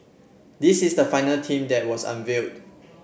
this is the final team that was unveiled